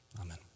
Amen